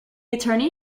attorney